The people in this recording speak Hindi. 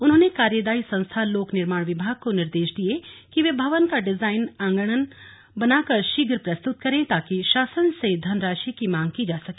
उन्होने कार्यदायी संस्था लोक निर्माण विभाग को निर्देश दिये कि वे भवन का डिजाइन आंगणन बनाकर शीघ्र प्रस्तुत करें ताकि शासन से धनराशि की मांग की जा सके